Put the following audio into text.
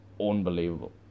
unbelievable